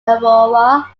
aurora